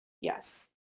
Yes